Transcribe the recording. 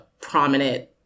prominent